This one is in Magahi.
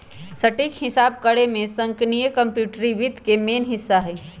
सटीक हिसाब करेमे संगणकीय कंप्यूटरी वित्त के मेन हिस्सा हइ